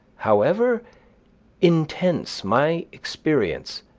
however intense my experience,